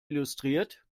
illustriert